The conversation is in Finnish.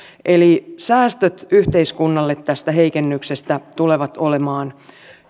eli säästöt yhteiskunnalle tästä heikennyksestä tulevat olemaan